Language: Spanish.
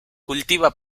cultiva